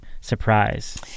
surprise